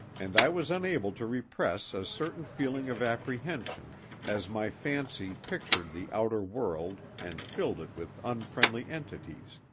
and i was unable to repress a certain feeling of apprehension as my fancy pictured the outer world and filled it with unfriendly entities,